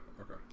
okay